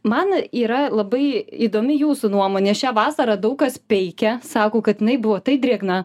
man yra labai įdomi jūsų nuomonė šią vasarą daug kas peikia sako kad jinai buvo tai drėgna